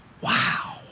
Wow